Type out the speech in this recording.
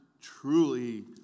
truly